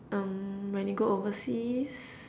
um when you go overseas